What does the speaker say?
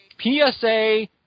PSA